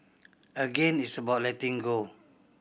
again it's about letting go